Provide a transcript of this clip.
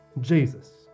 Jesus